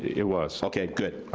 it was. okay, good,